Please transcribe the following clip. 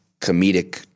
comedic